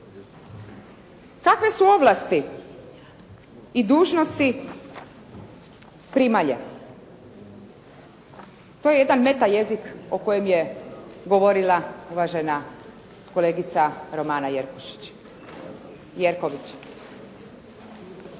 Kakve su ovlasti i dužnosti primalja? To je jedan meta jezik o kojem je govorila ova žena kolegica Romana Jerković.